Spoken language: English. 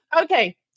Okay